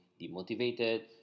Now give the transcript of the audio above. demotivated